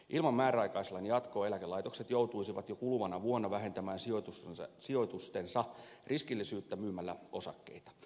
ilman määräaikaislain jatkoa eläkelaitokset joutuisivat jo kuluvana vuonna vähentämään sijoitustensa riskillisyyttä myymällä osakkeita